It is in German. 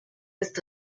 ist